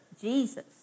Jesus